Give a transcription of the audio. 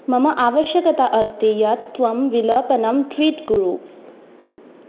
मम आवश्यकता अस्ति यत् त्वं विलपनं ट्वीट् कुरु